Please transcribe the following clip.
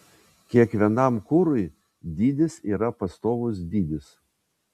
kiekvienam kurui dydis yra pastovus dydis